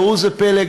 ראו זה פלא,